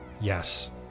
yes